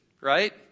right